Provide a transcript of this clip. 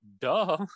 duh